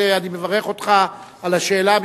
ואני מברך אותך על השאלה,